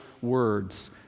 words